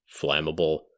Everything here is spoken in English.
flammable